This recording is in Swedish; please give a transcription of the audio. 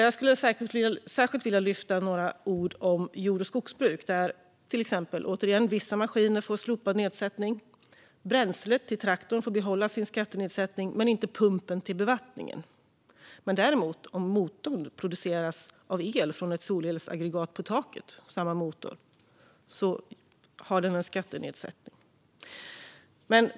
Jag vill särskilt lyfta fram jord och skogsbruket, där vissa maskiner får slopad nedsättning. Bränslet till traktorn får behålla sin skattenedsättning men inte pumpen till bevattningen. Om motorn däremot drivs med el från ett solelsaggregat på taket har den en skattenedsättning.